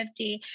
50